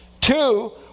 Two